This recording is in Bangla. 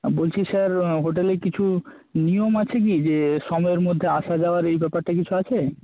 আর বলছি স্যার হোটেলে কিছু নিয়ম আছে কি যে সময়ের মধ্যে আসা যাওয়ার এই ব্যাপারটা কিছু আছে